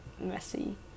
messy